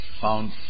found